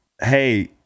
Hey